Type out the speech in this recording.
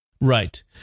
Right